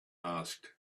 asked